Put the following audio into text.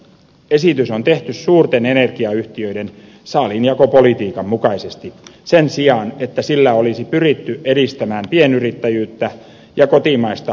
esitys on tehty suurten energiayhtiöiden saaliinjakopolitiikan mukaisesti sen sijaan että sillä olisi pyritty edistämään pienyrittäjyyttä ja kotimaista hajautettua energiantuotantoa